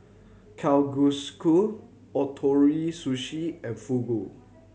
Ootoro Sushi and Fugu